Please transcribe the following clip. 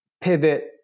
pivot